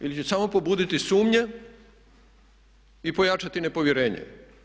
Ili će samo pobuditi sumnje i pojačati nepovjerenje?